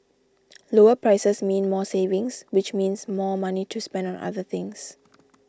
lower prices mean more savings which means more money to spend on other things